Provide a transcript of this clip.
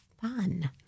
fun